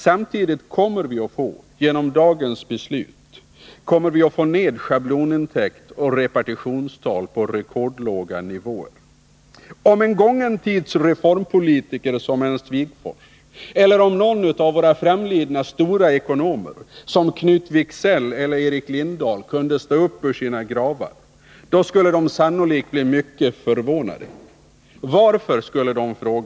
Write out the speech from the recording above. Samtidigt kommer vi genom dagens beslut att få ned schablonintäkt och repartitionstal på rekordlåga nivåer. Om en gången tids reformpolitiker som Ernst Wigforss Nr 51 eller någon av våra framlidna stora ekonomer som Knut Wicksell eller Erik Tisdagen den Lindahl kunde stå upp ur sina gravar, skulle de sannolikt bli mycket 16 december 1980 förvånade.